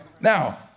Now